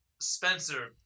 Spencer